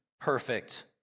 perfect